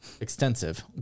Extensive